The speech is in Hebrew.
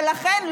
ולכן,